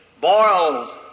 boils